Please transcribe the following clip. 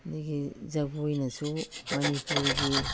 ꯑꯗꯒꯤ ꯖꯒꯣꯏꯅꯁꯨ ꯃꯅꯤꯄꯨꯔꯒꯤ